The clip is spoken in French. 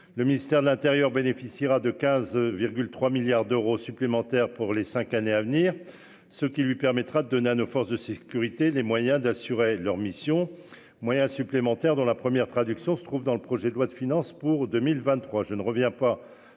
Le ministère de l'Intérieur bénéficiera de 15,3 milliards d'euros supplémentaires pour les 5 années à venir, ce qui lui permettra de nos forces de sécurité, les moyens d'assurer leur mission, moyens supplémentaires dans la première traduction se trouve dans le projet de loi de finances pour 2023,